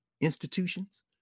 institutions